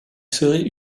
serait